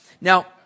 now